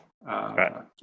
right